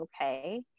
okay